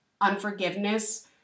unforgiveness